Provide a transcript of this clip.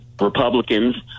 Republicans